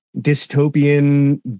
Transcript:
dystopian